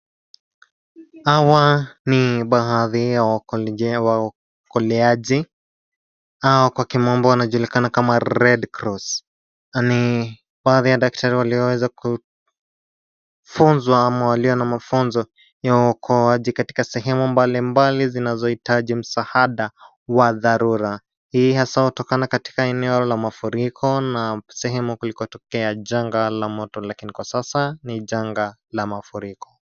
Hawa ni baadhi ya waokoleaji au kwa kimombo wanajulikana kama {cs}Red cross{cs}Ni baadhi ya daktari yalioweza kufunzwa ama walio na mafunzo ya uokoaji katika sehemu mbalimbali zinazo hitaji msaada wa dharura. Hii hasa hutokana katika eneo la mafuriko na sehemu kuliko tokea janga la moto lakini kwa sasa ni janga la mafuriko.